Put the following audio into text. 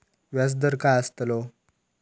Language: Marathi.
व्याज दर काय आस्तलो?